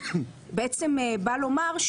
בעצם בא לומר,